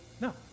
no